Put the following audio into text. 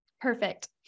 Perfect